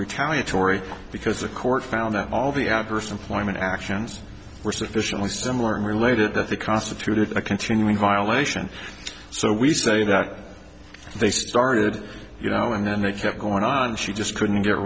retaliatory because the court found that all the adverse employment actions were sufficiently similar and related that they constituted a continuing violation so we say that they started you know and then they kept going on and she just couldn't get